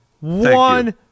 one